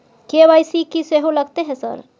KYC की सेहो लगतै है सर?